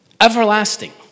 Everlasting